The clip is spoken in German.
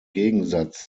gegensatz